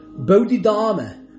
Bodhidharma